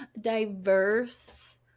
diverse